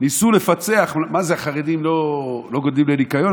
ניסו לפצח: מה זה, חרדים לא גדלים לניקיון?